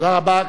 תודה רבה.